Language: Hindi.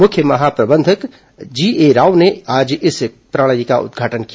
मुख्य महाप्रबंधक जीए राव ने आज इस प्रणाली का उदघाटन किया